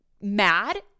mad